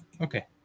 Okay